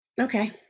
Okay